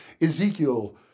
Ezekiel